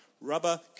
rubber